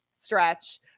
stretch